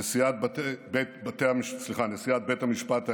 נשיאת בית המשפט העליון,